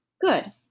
Good